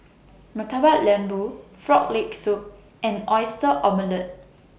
Murtabak Lembu Frog Leg Soup and Oyster Omelette